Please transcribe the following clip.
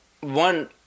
one